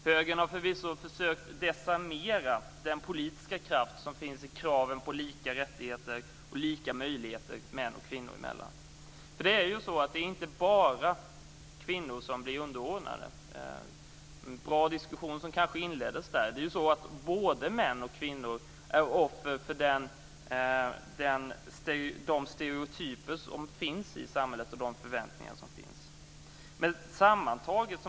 Högern har förvisso försökt att desarmera den politiska kraft som finns i kraven på lika rättigheter och lika möjligheter för kvinnor och män. Det är nämligen inte bara kvinnor som blir underordnade. Det är en bra diskussion som kanske inleddes med detta påstående. Det är ju så att både män och kvinnor är offer för de stereotyper och de förväntningar som finns i samhället.